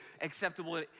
acceptable